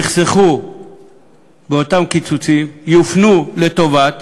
שנחסכו באותם קיצוצים יופנו לטובת